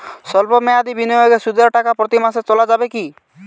সল্প মেয়াদি বিনিয়োগে সুদের টাকা প্রতি মাসে তোলা যাবে কি?